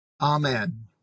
Amen